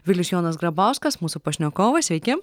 vilius jonas grabauskas mūsų pašnekovas sveiki